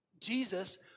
Jesus